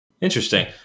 Interesting